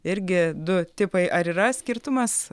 irgi du tipai ar yra skirtumas